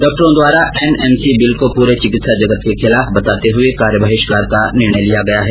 डॉक्टरों द्वारा NMC bill को पूरे चिकित्सा जगत के खिलाफ बताते हुये कार्य बहिष्कार का निर्णय लिया गया है